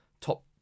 top